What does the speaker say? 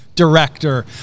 director